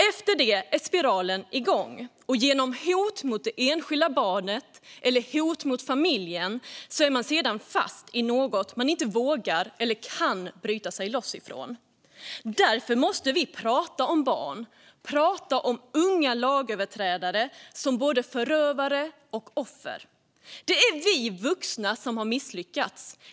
Efter det är spiralen igång, och genom hot mot det enskilda barnet eller mot familjen är man sedan fast i något man inte vågar eller kan bryta sig loss ifrån. Därför måste vi prata om barn, om unga lagöverträdare, som både förövare och offer. Det är vi vuxna som har misslyckats.